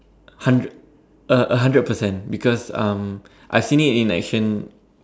hundred a a hundred percent because um I've seen it in action